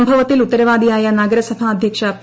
സംഭവത്തിൽ ഉത്തരവാദിയായ നഗരസഭ അധ്യക്ഷ പി